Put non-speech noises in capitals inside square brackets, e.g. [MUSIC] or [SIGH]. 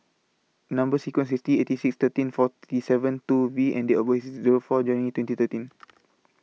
Number sequence IS T eighty six thirteen forty seven two V and Date of birth IS Zero four January twenty thirteen [NOISE]